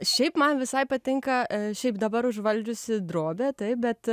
šiaip man visai patinka šiaip dabar užvaldžiusi drobė taip bet